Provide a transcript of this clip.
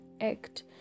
act